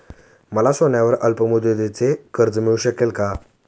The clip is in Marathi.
मला सोन्यावर अल्पमुदतीचे कर्ज मिळू शकेल का?